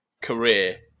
career